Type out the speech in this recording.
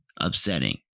upsetting